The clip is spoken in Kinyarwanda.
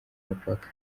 mupaka